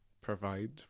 provide